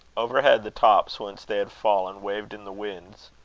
overhead, the tops whence they had fallen, waved in the wind,